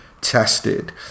tested